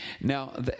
Now